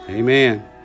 Amen